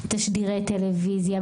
תשדירי טלוויזיה,